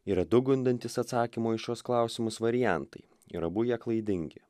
yra du gundantys atsakymo į šiuos klausimus variantai ir abu jie klaidingi